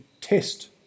test